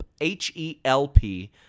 H-E-L-P